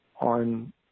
on